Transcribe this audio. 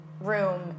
room